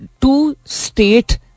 two-state